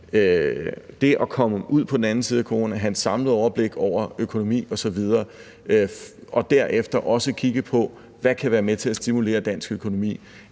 det at komme ud på den anden side af coronaen og have et samlet overblik over økonomien osv. og derefter også kigge på, hvad der kan være med til at stimulere dansk økonomi,